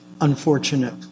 unfortunate